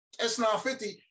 S950